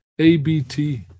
ABT